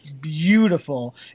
beautiful